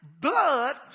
blood